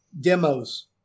demos